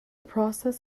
process